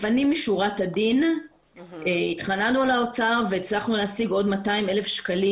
לפנים משורת הדין התחננו לאוצר והצלחנו להשיג עוד 200,000 שקלים